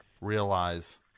realize